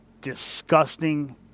disgusting